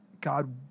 God